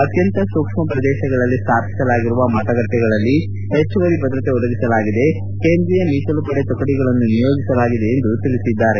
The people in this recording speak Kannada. ಅತ್ಯಂತ ಸೂಕ್ಷ್ಮ ಪ್ರದೇಶಗಳಲ್ಲಿ ಸ್ಥಾಪಿಸಲಾಗಿರುವ ಮತಗಟ್ಟೆಗಳಲ್ಲಿ ಪೆಚ್ಚುವರಿ ಭದ್ರತೆ ಒದಗಿಸಲಾಗಿದೆ ಕೇಂದ್ರೀಯ ಮೀಸಲು ಪಡೆ ತುಕಡಿಗಳನ್ನು ನಿಯೋಜಿಸಲಾಗಿದೆ ಎಂದು ಅವರು ತಿಳಿಸಿದ್ದಾರೆ